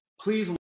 Please